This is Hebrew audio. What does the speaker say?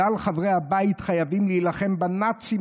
כלל חברי הבית חייבים להילחם בנאצים